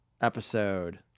episode